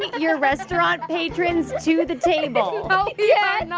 your restaurant patrons to the table yeah you know